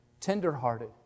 tenderhearted